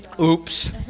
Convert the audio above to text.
Oops